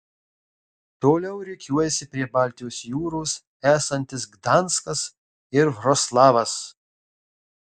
toliau rikiuojasi prie baltijos jūros esantis gdanskas ir vroclavas